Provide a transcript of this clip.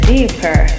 Deeper